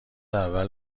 اول